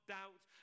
doubt